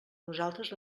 nosaltres